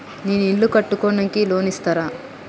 నేను ఇల్లు కట్టుకోనికి లోన్ ఇస్తరా?